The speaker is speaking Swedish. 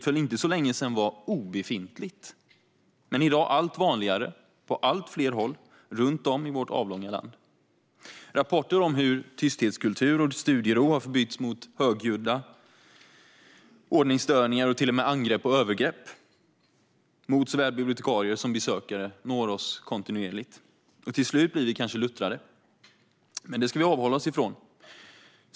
För inte så länge sedan var detta obefintligt, men i dag är det allt vanligare på allt fler håll runt om i vårt avlånga land. Rapporter om hur tystnad och studiero har förbytts mot högljudda ordningsstörningar och till och med angrepp och övergrepp på såväl bibliotekarier som besökare når oss kontinuerligt. Till slut blir vi kanske luttrade, men det ska vi avhålla oss från.